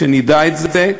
שנדע את זה.